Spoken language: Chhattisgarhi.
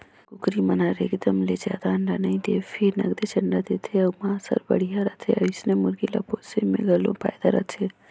जेन कुकरी मन हर एकदम ले जादा अंडा नइ दें फेर नगदेच अंडा देथे अउ मांस हर बड़िहा रहथे ओइसने मुरगी ल पोसे में घलो फायदा रथे